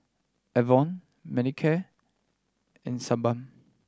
Enervon Manicare and Sebamed